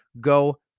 Go